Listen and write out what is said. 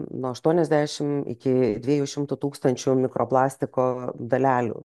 nuo aštuoniasdešimt iki dviejų šimtų tūkstančių mikroplastiko dalelių